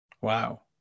Wow